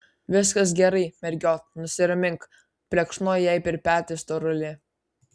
viskas gerai mergiot nusiramink plekšnojo jai per petį storulė